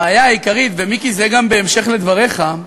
הבעיה העיקרית, ומיקי, זה גם בהמשך לדבריך,